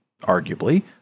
arguably